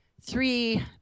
three